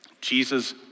Jesus